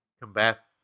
combat